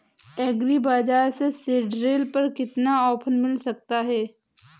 Agree बाजार से seed drill पर कितना ऑफर मिल सकता है?